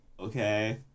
Okay